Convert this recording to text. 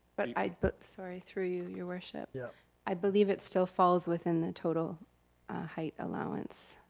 but i, but sorry through you your worship, yeah i believe it still falls within the total height allowance.